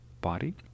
body